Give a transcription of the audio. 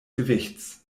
gewichts